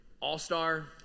All-star